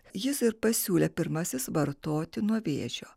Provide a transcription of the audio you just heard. jis ir pasiūlė pirmasis vartoti nuo vėžio